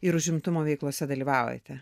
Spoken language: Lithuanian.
ir užimtumo veiklose dalyvaujate